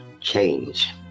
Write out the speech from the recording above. change